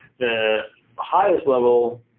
the highest level